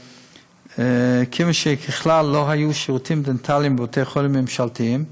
שכיוון שככלל לא היו שירותים דנטליים בבתי-החולים הממשלתיים,